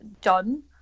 done